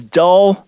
dull